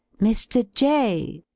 mr. jay.